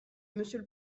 monsieur